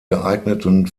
geeigneten